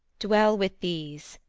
dwell with these,